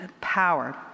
power